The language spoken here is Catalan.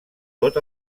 tot